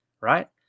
right